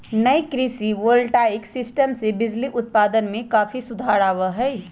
नई कृषि voltaic system से बिजली उत्पादन में काफी सुधार आवा हई